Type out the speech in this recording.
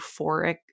euphoric